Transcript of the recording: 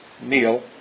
Neil